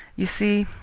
you see,